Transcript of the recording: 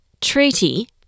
treaty